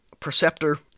Perceptor